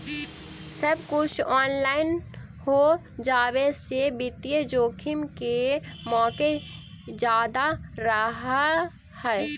सब कुछ ऑनलाइन हो जावे से वित्तीय जोखिम के मोके जादा रहअ हई